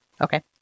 Okay